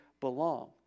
belong